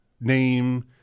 name